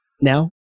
Now